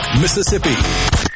Mississippi